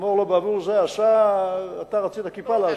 אמור לו: בעבור זה עשה, אתה רצית כיפה לעשות,